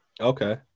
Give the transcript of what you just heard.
Okay